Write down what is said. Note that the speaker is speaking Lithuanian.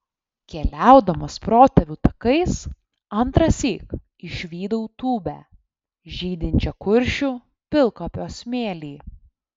keliaudamas protėvių takais antrąsyk išvydau tūbę žydinčią kuršių pilkapio smėly